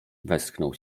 westchnął